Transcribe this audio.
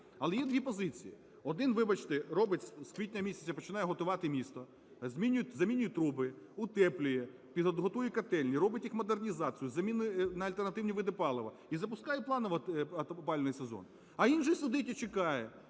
Але є дві позиції. Один, вибачте, робить з квітня місяця, починає готувати місто, замінюють труби, утеплює, готує котельні, робить їх модернізацію, заміну на альтернативні види палива і запускає планово опалювальний сезон. А інший сидить і чекає,